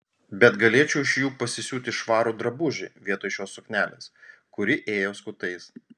bet galėčiau iš jų pasisiūti švarų drabužį vietoj šios suknelės kuri ėjo skutais